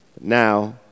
Now